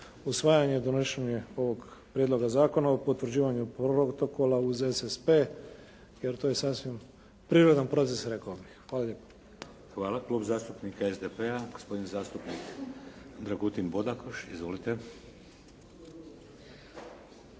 usvajanje i donošenje ovog Prijedloga Zakona o potvrđivanju protokola uz SSP, jer to je sasvim prirodan proces rekao bih. Hvala lijepo. **Šeks, Vladimir (HDZ)** Hvala. Klub zastupnika SDP-a, gospodin zastupnik Dragutin Bodakoš. Izvolite.